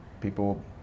people